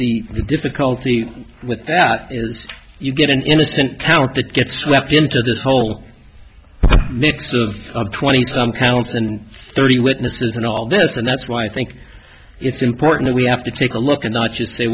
the difficulty with that is you get an innocent count that gets swept into this whole mix of twenty some counts and thirty witnesses and all this and that's why i think it's important that we have to take a look and not just say